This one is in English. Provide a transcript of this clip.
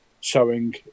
showing